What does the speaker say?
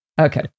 Okay